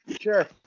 Sure